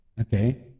Okay